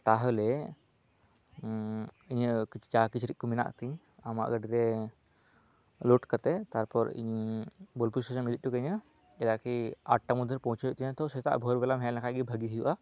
ᱛᱟᱦᱚᱞᱮ ᱤᱧᱟᱹᱜ ᱡᱟ ᱠᱤᱪᱨᱤᱡ ᱠᱚ ᱢᱮᱱᱟᱜ ᱛᱤᱧ ᱟᱢᱟᱜ ᱜᱟᱹᱰᱤᱨᱮ ᱞᱳᱰ ᱠᱟᱛᱮᱫ ᱛᱟᱨᱯᱚᱨ ᱤᱧ ᱵᱳᱞᱯᱩᱨ ᱥᱴᱮᱥᱚᱱ ᱮᱢ ᱤᱫᱤ ᱴᱚ ᱠᱟᱹᱧᱟᱹ ᱪᱮᱫᱟᱜ ᱠᱤ ᱟᱴ ᱴᱟ ᱢᱚᱫᱽᱫᱷᱮᱨᱮ ᱯᱚᱣᱪᱷᱟᱣ ᱦᱩᱭᱩᱜ ᱛᱤᱧᱟ ᱛᱚ ᱥᱮᱛᱟᱜ ᱵᱷᱳᱨ ᱵᱮᱞᱟᱢ ᱦᱮᱡ ᱞᱮᱱ ᱠᱷᱟᱱ ᱜᱮ ᱵᱷᱟᱹᱜᱤ ᱦᱩᱭᱩᱜᱼᱟ